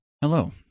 Hello